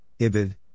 Ibid